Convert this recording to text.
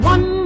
One